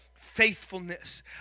faithfulness